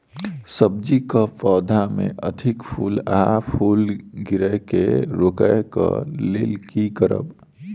सब्जी कऽ पौधा मे अधिक फूल आ फूल गिरय केँ रोकय कऽ लेल की करब?